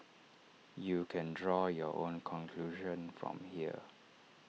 you can draw your own conclusion from here